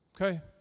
Okay